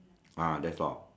ah that's all